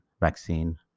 vaccine